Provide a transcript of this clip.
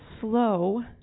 slow